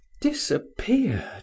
disappeared